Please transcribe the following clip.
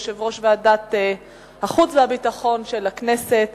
יושב-ראש ועדת החוץ והביטחון של הכנסת,